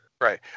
Right